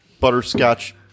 butterscotch